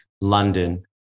London